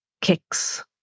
kicks